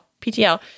PTL